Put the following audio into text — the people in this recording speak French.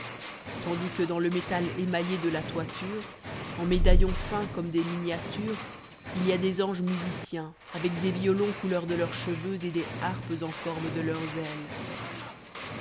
tandis que dans le métal émaillé de la toiture en médaillons fins comme des miniatures il y a des anges musiciens avec des violons couleur de leurs cheveux et des harpes en forme de leurs ailes